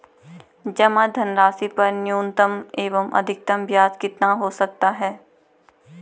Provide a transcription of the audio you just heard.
जमा धनराशि पर न्यूनतम एवं अधिकतम ब्याज कितना हो सकता है?